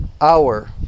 hour